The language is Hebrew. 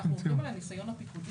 אנחנו מוותרים על הניסיון הפיקודי?